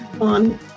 on